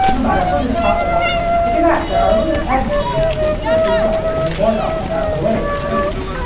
matter, we'll just pop that up, and look at that! there are little pegs made specifically for holding the board up and out of the way for servicing.